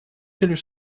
целью